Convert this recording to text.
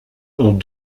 ont